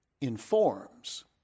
informs